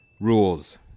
Rules